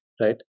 right